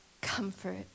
Comfort